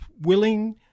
willing